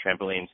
trampolines